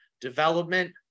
development